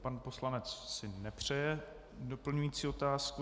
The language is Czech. Pan poslanec si nepřeje doplňující otázku.